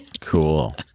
Cool